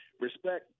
respect